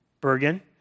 Bergen